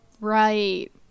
right